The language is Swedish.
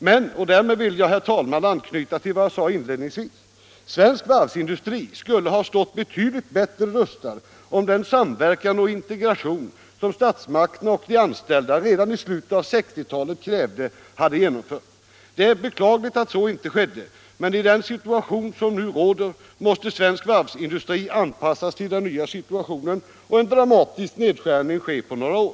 Men — och dämed vill jag, herr talman, anknyta till vad jag sade inledningsvis — svensk varvsindustri skulle ha stått betydligt bättre rustad om den samverkan och integration som statsmakterna och de anställda redan i slutet av 1960-talet krävde hade genomförts. Det är beklagligt att så inte skett, men i den situation som nu råder måste svensk varvsindustri anpassas till den nya situationen och en drastisk nedskärning ske på några år.